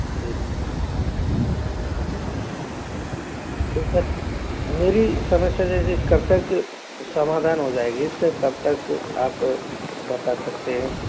जी तो सर मेरी समस्या जैसे कब तक समाधान हो जाएगी इसका कब तक आप बता सकते हैं